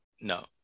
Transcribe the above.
no